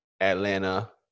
Atlanta